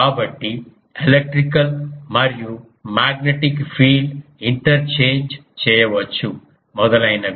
కాబట్టి ఎలక్ట్రికల్ మరియు magnetic field interchange చేయవచ్చు మొదలైనవి